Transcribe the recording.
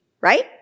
right